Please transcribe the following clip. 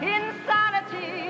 insanity